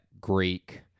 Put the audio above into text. Greek